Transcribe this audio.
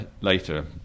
later